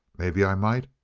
maybe i might,